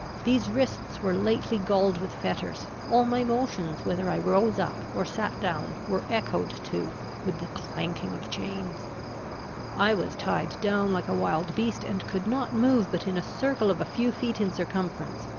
these wrists were lately galled with fetters all my motions, whether i rose up or sat down, were echoed to with the clanking of chains i was tied down like a wild beast, and could not move but in a circle of a few feet in circumference.